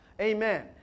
Amen